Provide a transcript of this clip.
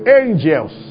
angels